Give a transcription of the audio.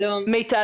מיטל